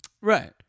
Right